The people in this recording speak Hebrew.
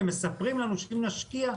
ומספרים לנו שאם נשקיע,